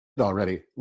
already